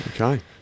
okay